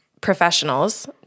professionals